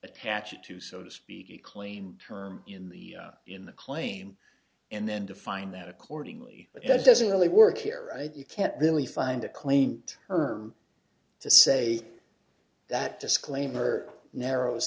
attach it to so to speak a clean term in the in the claim and then define that accordingly but that doesn't really work here right you can't really find a claim term to say that disclaimer narrows